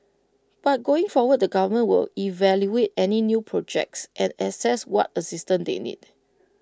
but going forward the government will evaluate any new projects and assess what assistant they need